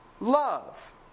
Love